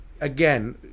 again